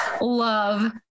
love